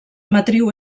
matriu